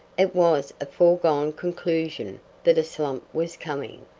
it was a foregone conclusion that a slump was coming,